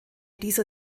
dieser